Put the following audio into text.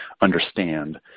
understand